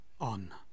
on